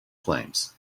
claims